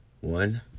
one